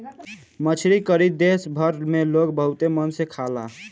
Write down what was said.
मछरी करी देश भर में लोग बहुते मन से खाला